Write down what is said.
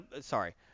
sorry